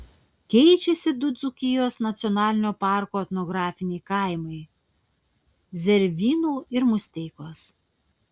keičiasi du dzūkijos nacionalinio parko etnografiniai kaimai zervynų ir musteikos